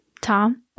Tom